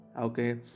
Okay